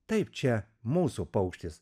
taip čia mūsų paukštis